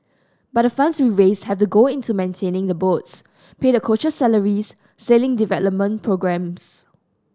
but the funds we raise have to go into maintaining the boats pay the coaches salaries sailing development programmes